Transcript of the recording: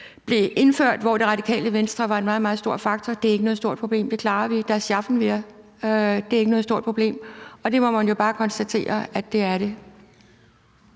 blev indført, hvor Radikale Venstre var en meget, meget stor faktor. Det er ikke noget stort problem, det klarer vi, das schaffen wir, det er ikke noget stort problem. Det må man jo bare konstatere at det er.